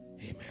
Amen